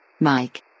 Mike